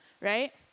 Right